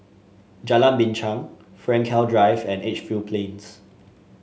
Jalan Binchang Frankel Drive and Edgefield Plains